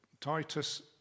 Titus